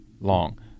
long